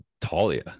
Talia